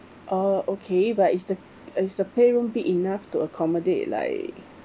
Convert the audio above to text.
orh okay but is the is the playroom big enough to accommodate like